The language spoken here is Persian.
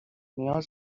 نیاز